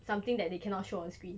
something that they cannot show on screen